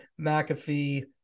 McAfee